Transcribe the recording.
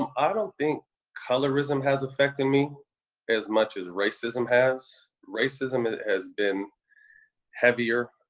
um ah don't think colorism has affected me as much as racism has. racism has been heavier,